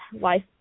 life